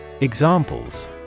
Examples